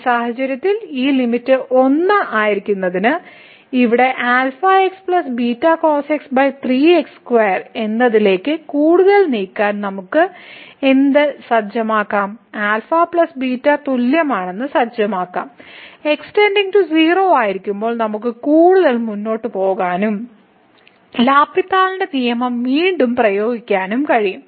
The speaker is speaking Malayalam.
ഈ സാഹചര്യത്തിൽ ഈ ലിമിറ്റ് 1 ആയിരിക്കുന്നതിന് ഇത് എന്നതിലേക്ക് കൂടുതൽ നീക്കാൻ നമുക്ക് എന്ത് സജ്ജമാക്കാം α തുല്യമാണെന്ന് സജ്ജമാക്കാം x → 0 ആയിരിക്കുമ്പോൾ നമുക്ക് കൂടുതൽ മുന്നോട്ട് പോകാനും LHospital ന്റെ നിയമം വീണ്ടും പ്രയോഗിക്കാനും കഴിയും